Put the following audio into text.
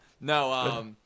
No